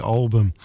album